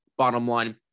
bottomline